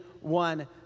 one